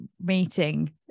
meeting